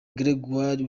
gregoir